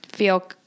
Feel